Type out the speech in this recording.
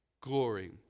glory